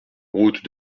route